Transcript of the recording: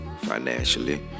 financially